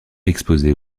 exposées